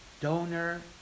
Donor